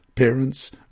parents